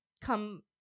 Come